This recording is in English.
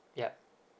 yup